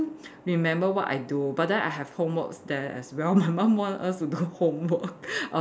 remember what I do but then I have homeworks there as well my mum want us to do homework or